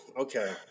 Okay